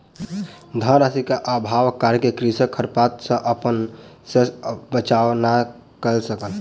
धन राशि के अभावक कारणेँ कृषक खरपात सॅ अपन शस्यक बचाव नै कय सकल